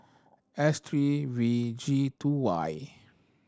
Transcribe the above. S three V G Two Y